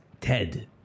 Ted